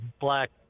black